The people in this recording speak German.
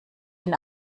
ihn